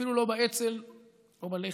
ואפילו לא באצ"ל או בלח"י.